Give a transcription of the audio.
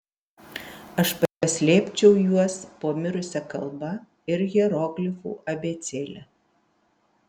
aš paslėpčiau juos po mirusia kalba ir hieroglifų abėcėle